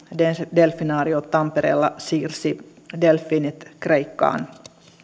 delfinaario tampereella siirsi delfiinit kreikkaan